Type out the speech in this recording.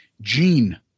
Gene